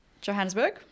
Johannesburg